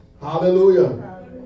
Hallelujah